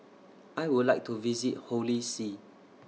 I Would like to visit Holy See